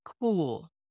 cool